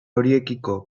horiekiko